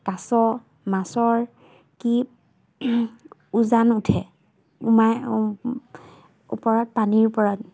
কাছ মাছৰ কি উজান উঠে উমাই ওপৰত পানীৰ ওপৰত